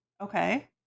Okay